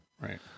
Right